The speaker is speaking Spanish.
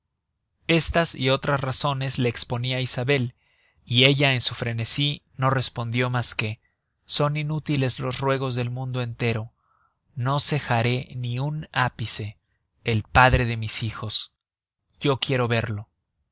estas y otras razones le esponia isabel y ella en su frenesí no respondió mas que son inútiles los ruegos del mundo entero no cejaré ni un ápice el padre de mis hijos yo quiero verlo